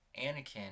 anakin